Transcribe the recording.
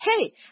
hey